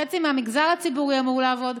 חצי מהמגזר הציבורי אמור לעבוד.